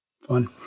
Fun